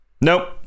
Nope